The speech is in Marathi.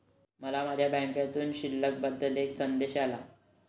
मला माझ्या बँकेतील शिल्लक बद्दल एक संदेश आला